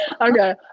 Okay